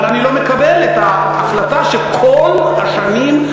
אבל אני לא מקבל את ההחלטה שכל השנים,